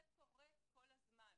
זה קורה כל הזמן.